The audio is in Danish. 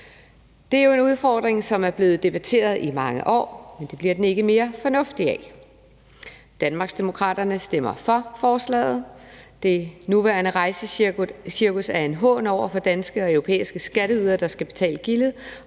Det er jo en udfordring, som er blevet debatteret i mange år, men det bliver den ikke mere fornuftig af. Danmarksdemokraterne stemmer for forslaget. Det nuværende rejsecirkus er en hån over for danske og europæiske skatteydere, der skal betale gildet